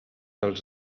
els